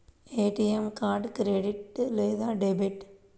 ATM card credit లేదా debit?